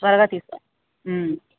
త్వరగా తీస్తా